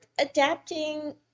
adapting